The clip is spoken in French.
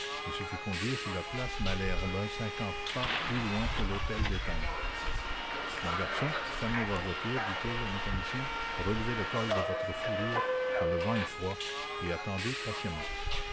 et se fit conduire sur la place malesherbes cinquante pas plus loin que l'hôtel destange mon garçon fermez votre voiture dît-il au mécanicien relevez le col de votre fourrure car le vent est froid et attendez patiemment